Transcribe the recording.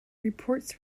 reports